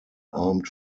armed